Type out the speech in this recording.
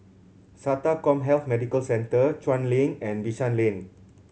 SATA CommHealth Medical Centre Chuan Link and Bishan Lane